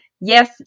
yes